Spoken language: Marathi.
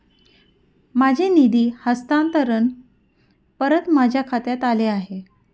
माझे निधी हस्तांतरण परत माझ्या खात्यात आले आहे